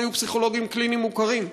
הם לא יהיו פסיכולוגים קליניים מוכרים.